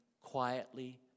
quietly